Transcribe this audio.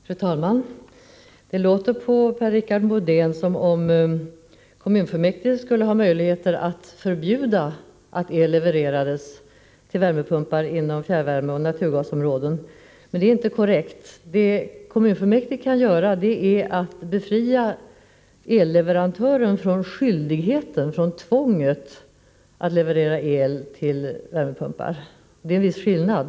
Fru talman! Det låter på Per-Richard Molén som om kommunfullmäktige skulle ha möjligheter att förbjuda elleveranser till värmepumpar inom fjärrvärmeoch naturgasområden. Det är inte korrekt. Det som kommunfullmäktige kan göra är att befria elleverantör från tvånget att leverera el till värmepumpar. Det är en viss skillnad.